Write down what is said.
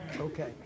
Okay